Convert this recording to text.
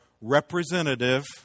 representative